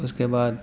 اس کے بعد